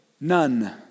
none